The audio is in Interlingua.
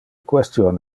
question